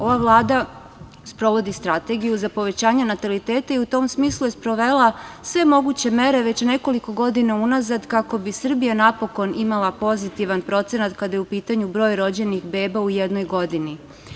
Ova Vlada sprovodi strategiju za povećanje nataliteta i u tom smislu je sprovela sve moguće mere već nekoliko godina unazad kako bi Srbija napokon imala pozitivan procenat kada je u pitanju broj rođenih beba u jednoj godini.